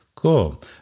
Cool